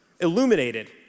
illuminated